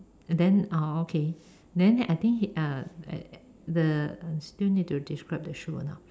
then uh okay then I think uh the still need to describe the shoe or not